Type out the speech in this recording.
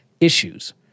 issues